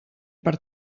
per